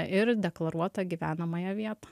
ir deklaruotą gyvenamąją vietą